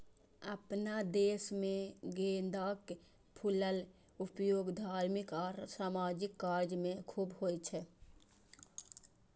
अपना देश मे गेंदाक फूलक उपयोग धार्मिक आ सामाजिक काज मे खूब होइ छै